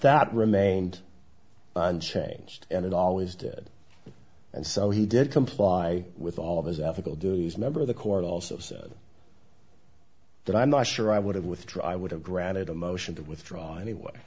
that remained unchanged and it always did and so he did comply with all of his ethical duty as number of the court also said that i'm not sure i would have withdrawn i would have granted a motion to withdraw anyway